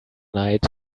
night